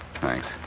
Thanks